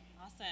Awesome